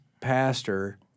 pastor